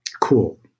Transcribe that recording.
cool